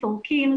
סורקים.